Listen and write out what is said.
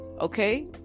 okay